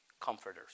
comforters